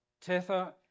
Tether